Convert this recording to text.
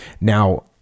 Now